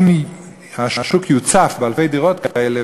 אם השוק יוצף באלפי דירות כאלה,